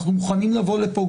אנחנו מוכנים לבוא לפה,